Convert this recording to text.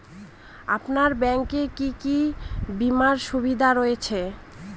আপনার ব্যাংকে কি কি বিমার সুবিধা রয়েছে?